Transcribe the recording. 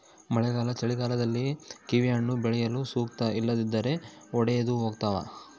ಮಳೆಗಾಲ ಚಳಿಗಾಲದಲ್ಲಿ ಕಿವಿಹಣ್ಣು ಬೆಳೆಯಲು ಸೂಕ್ತ ಇಲ್ಲದಿದ್ದರೆ ಒಡೆದುಹೋತವ